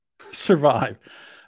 survive